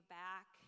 back